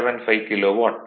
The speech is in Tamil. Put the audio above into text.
75 கிலோ வாட்